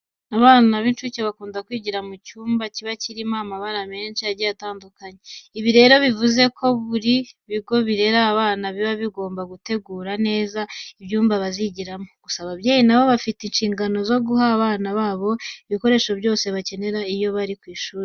Abana b'incuke bakunda kwigira mu cyumba kiba kirimo amabara menshi agiye atandukanye. Ibi rero bivuze ko buri bigo birera aba bana, biba bigomba gutegura neza ibyumba bazigiramo. Gusa ababyeyi na bo bafite inshingano zo guha abana babo ibikoresho byose bakenera iyo bari ku ishuri.